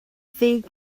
ddeg